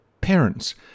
parents